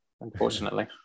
unfortunately